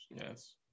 Yes